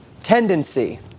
tendency